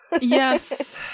yes